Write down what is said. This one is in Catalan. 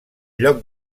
lloc